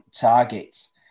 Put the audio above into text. targets